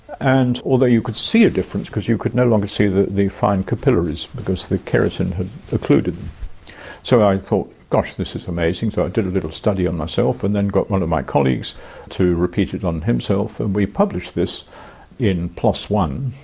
and although you could see a difference because you could no longer see the the fine capillaries because the keratin had occluded them. i thought, gosh this is amazing, so i did a little study on myself and then got one of my colleagues to repeat it on himself, and we published this in plos one,